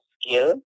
skill